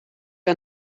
que